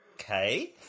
Okay